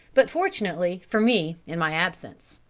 but, fortunately for me, in my absence.